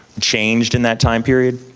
changed in that time period?